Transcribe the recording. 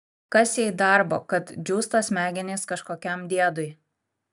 kas jai darbo kad džiūsta smegenys kažkokiam diedui